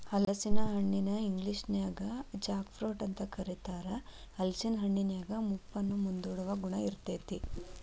ಹಲಸಿನ ಹಣ್ಣನ ಇಂಗ್ಲೇಷನ್ಯಾಗ ಜಾಕ್ ಫ್ರೂಟ್ ಅಂತ ಕರೇತಾರ, ಹಲೇಸಿನ ಹಣ್ಣಿನ್ಯಾಗ ಮುಪ್ಪನ್ನ ಮುಂದೂಡುವ ಗುಣ ಇರ್ತೇತಿ